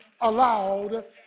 allowed